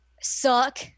suck